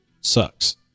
sucks